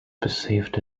perceived